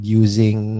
using